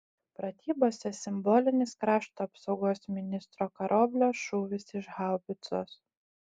pratybose simbolinis krašto apsaugos ministro karoblio šūvis iš haubicos